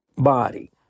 body